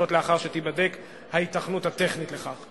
לאחר שתיבדק ההיתכנות הטכנית לכך.